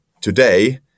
today